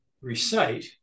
recite